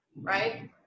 right